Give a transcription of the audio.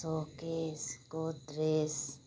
showcase Godrej